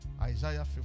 Isaiah